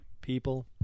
people